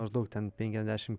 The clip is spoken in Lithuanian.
maždaug ten penkiasdešimt